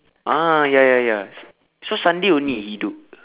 ah ya ya ya so Sunday only he do